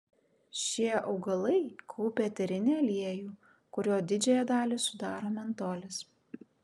šie augalai kaupia eterinį aliejų kurio didžiąją dalį sudaro mentolis